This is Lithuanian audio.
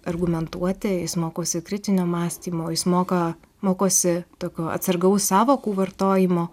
argumentuoti jis mokosi kritinio mąstymo jis moka mokosi tokio atsargaus sąvokų vartojimo